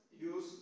use